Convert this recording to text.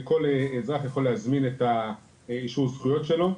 וכל אזרח יכול להזמין את אישור הזכויות שלו,